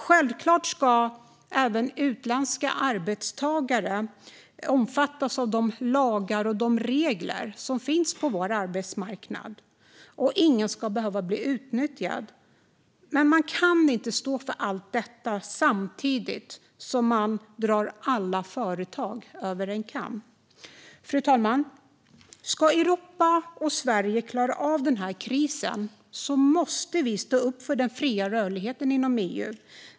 Självklart ska även utländska arbetstagare omfattas av de lagar och regler som finns på vår arbetsmarknad, och ingen ska behöva bli utnyttjad. Men man kan inte stå för allt detta samtidigt som man drar alla företag över en kam. Fru talman! Ska Europa och Sverige klara av den här krisen måste vi stå upp för den fria rörligheten inom EU.